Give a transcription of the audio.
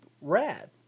rad